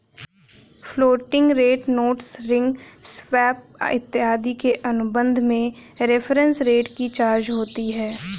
floating rate notes ring swap इत्यादि के अनुबंध में रेफरेंस रेट की चर्चा होती है